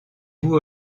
vous